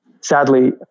Sadly